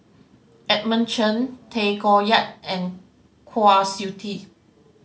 Edmund Chen Tay Koh Yat and Kwa Siew Tee